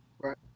Right